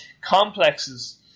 Complexes